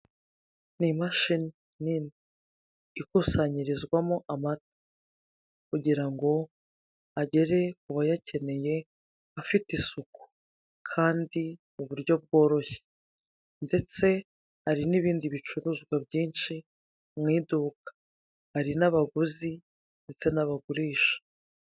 Ni imashini nini ikusanyirizwamo amata kugira ngo agere ku bayakeneye afite isuku, kandi mu buryo bworoshye ndetse hari n'ibindi bicuruzwa byinshi mu iduka hari n'abaguzi ndetse n'abagurisha.